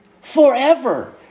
Forever